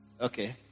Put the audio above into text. Okay